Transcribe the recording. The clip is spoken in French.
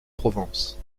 provence